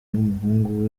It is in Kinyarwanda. n’umuhungu